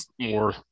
more